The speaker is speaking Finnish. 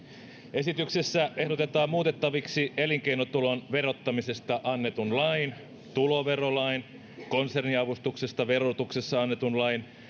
esityksessä ehdotetaan muutettaviksi elinkeinotulon verottamisesta annetun lain tuloverolain konserniavustuksesta verotuksessa annetun lain